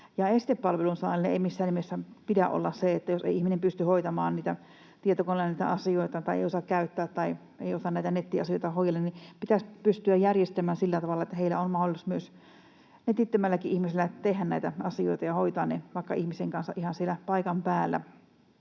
Esteenä palvelun saannille ei missään nimessä pidä olla se, ettei ihminen pysty hoitamaan tietokoneella niitä asioitaan tai ei osaa käyttää sitä tai ei osaa näitä nettiasioita hoidella — pitäisi pystyä järjestämään sillä tavalla, että netittömilläkin ihmisillä on mahdollisuus tehdä näitä asioita ja hoitaa ne vaikka ihmisen kanssa ihan siellä